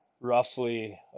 roughly